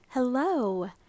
Hello